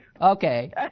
Okay